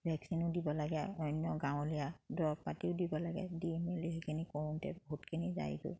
ভেকচিনো দিব লাগে অন্য গাঁৱলীয়া দৰৱ পাতিও দিব লাগে দি মেলি সেইখিনি কৰোঁতে বহুতখিনি যায়গৈ